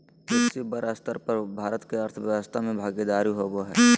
कृषि बड़ स्तर पर भारत के अर्थव्यवस्था में भागीदारी होबो हइ